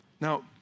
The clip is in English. Now